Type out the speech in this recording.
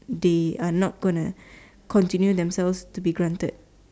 they are not gonna continue themselves to be granted